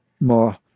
more